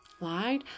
Right